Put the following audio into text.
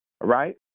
Right